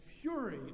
fury